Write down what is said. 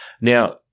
now